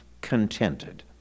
contented